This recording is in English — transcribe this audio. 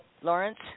Lawrence